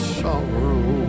sorrow